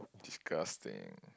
disgusting